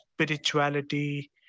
spirituality